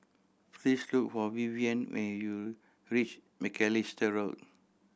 please look for Vivian when you reach Macalister Road